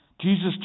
Jesus